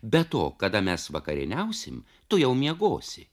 be to kada mes vakarieniausim tu jau miegosi